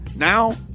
Now